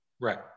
Right